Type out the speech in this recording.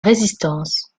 résistance